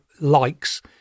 likes